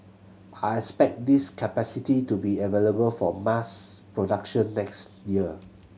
I expect this capacity to be available for mass production next year